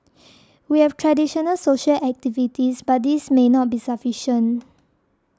we have traditional social activities but these may not be sufficient